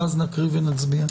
ואז נקריא ונצביע.